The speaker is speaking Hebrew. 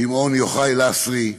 שמעון יוחאי לסרי,